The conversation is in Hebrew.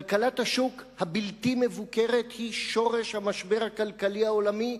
כלכלת השוק הבלתי מבוקרת היא שורש המשבר הכלכלי העולמי,